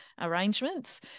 arrangements